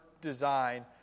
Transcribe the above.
design